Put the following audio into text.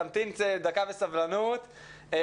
תמתין דקה בסבלנות,